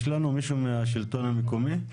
יש לנו מישהו מהשלטון המקומי?